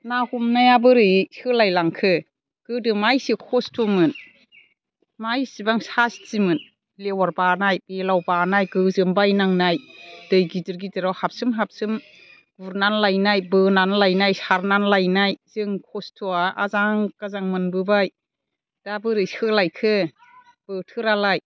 ना हमनाया बोरै सोलायलांखो गोदो मा एसे खस्त'मोन मा इसेबां सास्तिमोन लेवार बानाय बेलाव बानाय गोजोमबायनांनाय दै गिदिर गिदिराव हाबसोम हाबसोम गुरनानै लायनाय बोनानै लायनाय सारनानै लायनाय जों खस्त'आ आजां गाजां मोनबोबाय दा बोरै सोलायखो बोथोरालाय